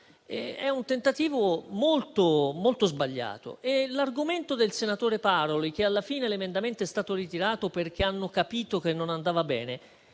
è un tentativo molto sbagliato. L'argomento del senatore Paroli, secondo cui alla fine l'emendamento è stato ritirato perché hanno capito che non andava bene,